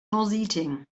nauseating